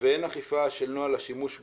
ואין נוהל אכיפה של נוהל השימוש בהן,